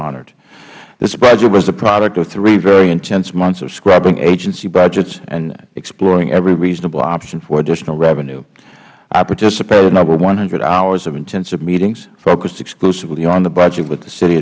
budget was the product of three very intense months of scrubbing agency budgets and exploring every reasonable option for additional revenue i participated in over hhours of intensive meetings focused exclusively on the budget with the city